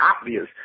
obvious